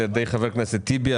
על ידי חבר הכנסת טיבי,